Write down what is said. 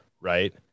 right